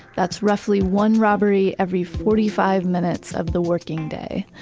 that's roughly one robbery every forty five minutes of the working day.